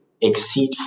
exceed